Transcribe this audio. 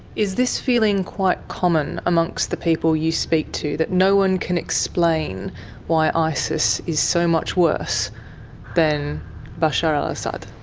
is this feeling quite common amongst the people you speak to, that no one can explain why isis is so much worse than bashar al-assad?